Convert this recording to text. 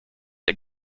der